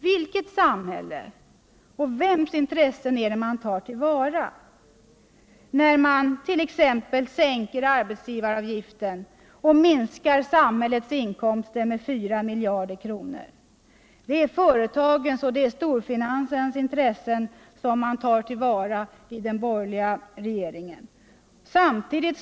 Vilket samhälle och vems intressen är det man tar till vara när man t.ex. sänker arbetsgivaravgiften och minskar samhällets inkomster med 4 miljarder kronor? Det är företagens och storfinansens intressen som den borgerliga regeringen tar till vara.